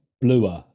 bluer